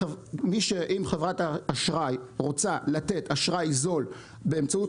אם חברת האשראי רוצה לתת אשראי זול באמצעות